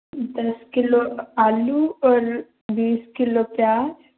दस किलो आलू और बीस किलो प्याज़